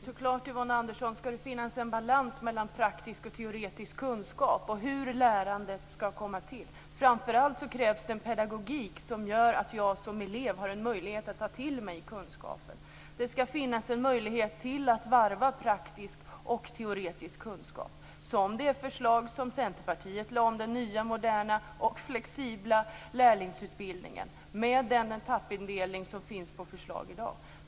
Fru talman! Det är klart att det skall finnas en balans mellan praktisk och teoretisk kunskap och hur lärandet skall gå till. Framför allt krävs det en pedagogik som gör att jag som elev har möjlighet att ta till mig kunskapen. Det skall finnas en möjlighet att varva praktisk och teoretisk kunskap, enligt det förslag som Centerpartiet lade fram om den nya, moderna och flexibla lärlingsutbildningen med den etappindelning som föreslås i dag.